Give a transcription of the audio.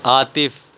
Atif